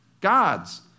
God's